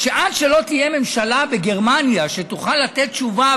שעד שלא תהיה ממשלה בגרמניה שתוכל לתת תשובה,